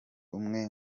umwe